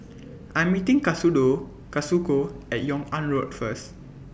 I'm meeting Katsudo Kazuko At Yung An Road First